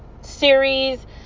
series